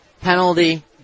Penalty